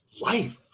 life